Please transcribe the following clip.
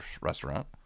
restaurant